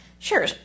Sure